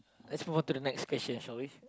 let's move on to the next question shall we